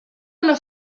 una